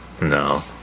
no